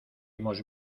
hemos